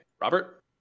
Robert